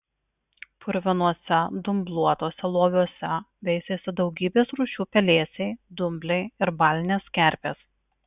purvinuose dumbluotuose loviuose veisėsi daugybės rūšių pelėsiai dumbliai ir balinės kerpės